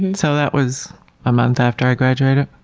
and so that was a month after i graduated,